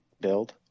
build